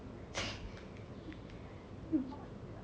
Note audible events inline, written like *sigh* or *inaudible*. *noise*